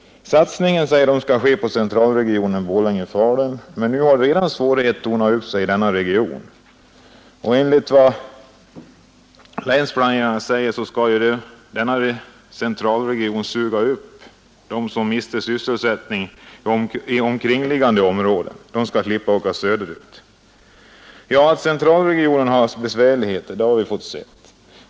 Satsningen, säger de, skall ske i en centralregion, Borlänge—Falun, men svårigheter har redan nu tornat upp sig i den regionen. Enligt vad länsplanerarna säger skall denna centralregion suga upp dem som mister sin sysselsättning i omkringliggande områden, så att de slipper åka söderut. Att centralregionen Borlänge—Falun har stora besvärligheter har vi fått se.